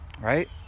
Right